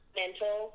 mental